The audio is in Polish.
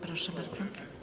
Proszę bardzo.